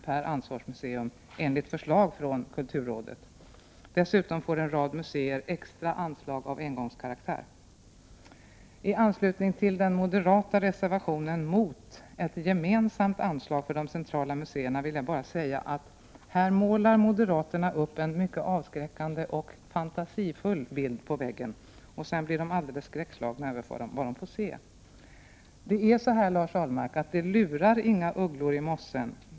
per ansvarsmuseum enligt framställning från kulturrådet. Dessutom får en rad museer extra anslag av engångskaraktär. Om den moderata reservationen mot ett gemensamt anslag till de centrala museerna vill jag bara säga att här målar moderaterna upp en mycket avskräckande och fantasifull bild på väggen, och sedan blir de alldeles skräckslagna över vad de får se. Det är så Lars Ahlmark, att det lurar inte några ugglor i mossen.